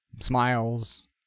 smiles